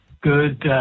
Good